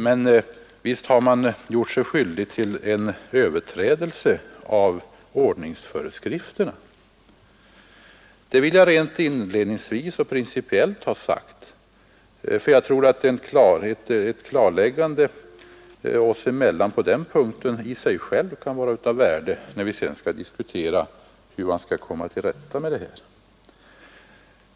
Men visst har man gjort sig skyldig till en överträdelse av ordningsföreskrifterna. Det vill jag rent inledningsvis och principiellt ha sagt, därför att jag tror att ett klarläggande oss emellan på den punkten i sig självt kan vara av värde, när vi sedan skall diskutera hur man skall komma till rätta med detta.